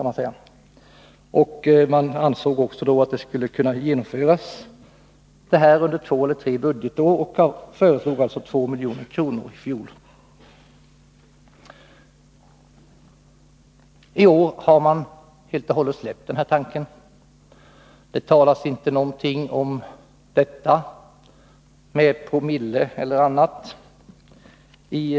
Meningen var att det skulle genomföras under två eller tre budgetår, och i fjol föreslog alltså socialdemokraterna att 2 milj.kr. skulle avsättas under budgetåret 1982/ 83. I år har socialdemokraterna helt och hållet släppt denna tanke.